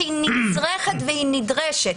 שהיא נצרכת ונדרשת.